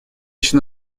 еще